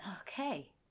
Okay